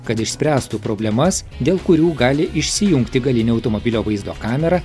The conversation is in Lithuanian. kad išspręstų problemas dėl kurių gali išsijungti galinio automobilio vaizdo kamera